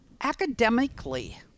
Academically